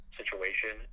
situation